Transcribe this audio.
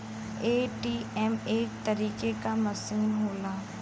ATM एक तरीके क मसीन होला